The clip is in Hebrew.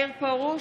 מאיר פרוש,